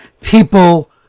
people